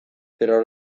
cerro